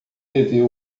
rever